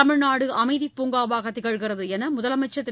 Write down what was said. தமிழ்நாடு அமைதிப் பூங்காவாக திகழ்கிறது என்று முதலமைச்சர் திரு